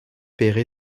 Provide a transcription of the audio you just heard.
pere